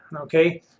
Okay